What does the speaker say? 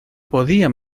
podía